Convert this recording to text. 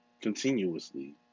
continuously